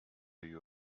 you